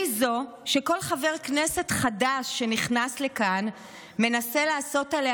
אני זו שכל חבר כנסת חדש שנכנס לכאן מנסה לעשות עליה